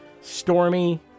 stormy